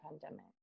pandemic